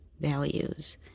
values